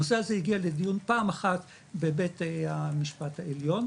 הנושא הזה הגיע לדיון פעם אחת בבית המשפט העליון,